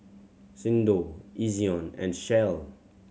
Xndo Ezion and Shell